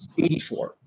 84